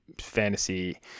fantasy